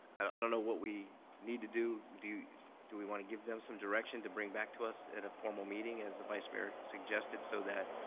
i don't know what we need to do. do do we want to give them some direction to bring back to us at a formal meeting as the vice mayor suggested, so